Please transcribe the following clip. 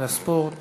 והספורט